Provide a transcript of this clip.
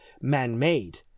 man-made